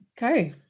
Go